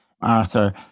Arthur